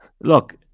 look